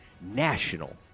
national